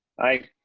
aye.